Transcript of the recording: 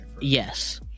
yes